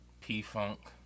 P-Funk